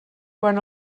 quan